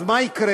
אז מה יקרה?